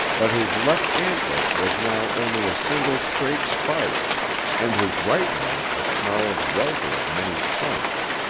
but his left antler was now only a single straight spike and his right one a snarled welter of many points.